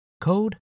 code